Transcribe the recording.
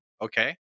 okay